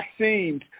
vaccines